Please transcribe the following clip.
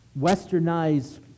westernized